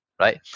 right